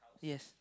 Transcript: yes